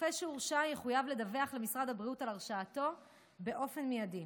רופא שהורשע יחויב לדווח למשרד הבריאות על הרשעתו באופן מיידי.